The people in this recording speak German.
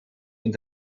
und